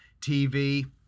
TV